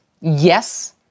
Yes